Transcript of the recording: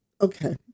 Okay